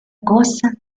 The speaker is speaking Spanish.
cosa